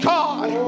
God